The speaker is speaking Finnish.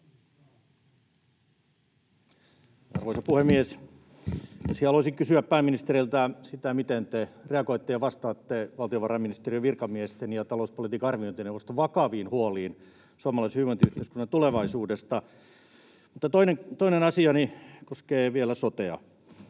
Arvoisa puhemies! Ensin haluaisin kysyä pääministeriltä sitä, miten te reagoitte ja vastaatte valtiovarainministeriön virkamiesten ja talouspolitiikan arviointineuvoston vakaviin huoliin suomalaisen hyvinvointiyhteiskunnan tulevaisuudesta. Mutta toinen asiani koskee vielä sotea.